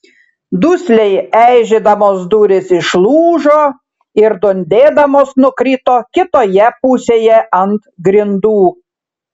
dusliai eižėdamos durys išlūžo ir dundėdamos nukrito kitoje pusėje ant grindų